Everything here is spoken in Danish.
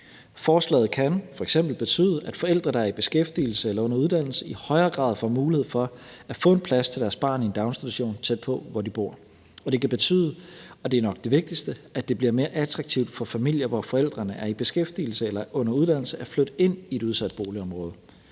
Forslaget kan f.eks. betyde, at forældre, der er i beskæftigelse eller under uddannelse, i højere grad får mulighed for at få en plads til deres barn i en daginstitution tæt på, hvor de bor, og det kan betyde – og det er nok det vigtigste – at det bliver mere attraktivt for familier, hvor forældrene er i beskæftigelse eller under uddannelse, at flytte ind i et udsat boligområde,